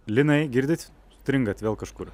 linai girdit stringat vėl kažkur